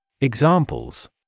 Examples